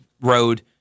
road